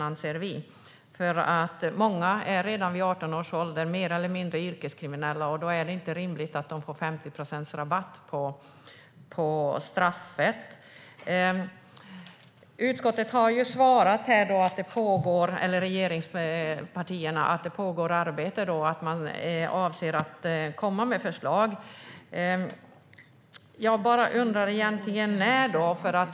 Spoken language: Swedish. Många är nämligen redan vid 18 års ålder mer eller mindre yrkeskriminella, och då är det inte rimligt att de får 50 procents rabatt på straffet. Regeringspartierna har svarat att det pågår arbete och att avsikten är att det ska komma förslag. Jag undrar när det kommer förslag.